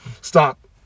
stop